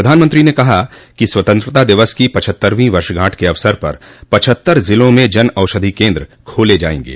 प्रधानमंत्री ने कहा कि स्वतंत्रता दिवस की पचहत्तरवीं वर्षगांठ के अवसर पर पचहत्तर जिलों में जन औषधि केन्द्र खोले जाएंगे